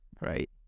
right